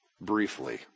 briefly